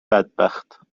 بدبخت